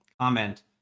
comment